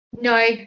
No